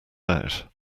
out